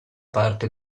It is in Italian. parte